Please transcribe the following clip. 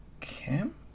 kim